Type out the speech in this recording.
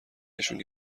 نشون